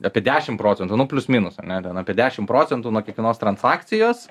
apie dešim procentų nu plius minus ane ten apie dešim procentų nuo kiekvienos transakcijos